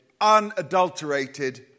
unadulterated